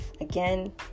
Again